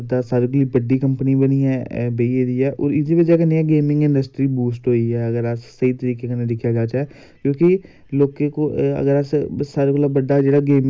fund फुंड नै एह् मैं अपील करना कि गौरमैंट कन्नै की होर जादा मते मते फंड आन मते मते पंचायत पंचायत जिन्नियां बी साढ़ियां हैन उंदे सारें च आन डिस्टकें च आन